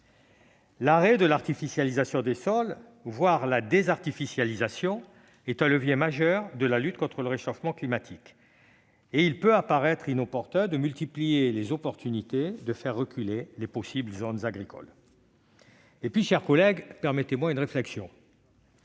L'arrêt de l'artificialisation des sols, voire la désartificialisation, est un levier majeur de la lutte contre le réchauffement climatique. Il peut apparaître mal venu de multiplier les opportunités de faire reculer les zones agricoles. Mes chers collègues, permettez-moi une réflexion.